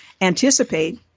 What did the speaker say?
anticipate